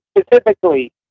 specifically